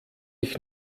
ich